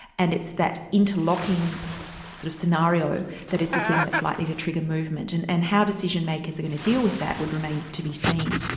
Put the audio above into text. and it's that interlocking sort of scenario that is the thing that's likely to trigger movement. and and how decision makers are going to deal with that would remain to be seen.